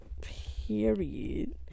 Period